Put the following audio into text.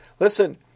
Listen